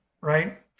Right